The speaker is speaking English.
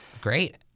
Great